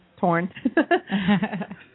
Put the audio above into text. torn